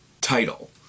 title